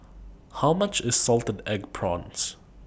How much IS Salted Egg Prawns